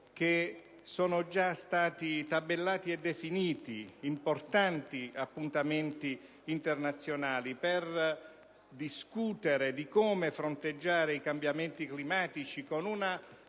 che siano già stati previsti e definiti importanti appuntamenti internazionali, per discutere su come fronteggiare i cambiamenti climatici, con una